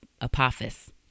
Apophis